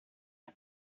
was